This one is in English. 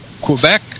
Quebec